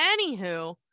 Anywho